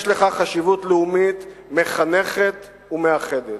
יש לכך חשיבות לאומית מחנכת ומאחדת,